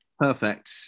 Perfect